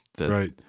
right